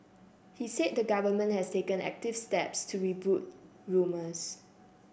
he said the government has taken active steps to rebut rumours